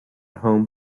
home